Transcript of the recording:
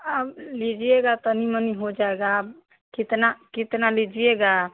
अब लीजिएगा तनी मनी हो जाएगा अब कितना कितना लीजिएगा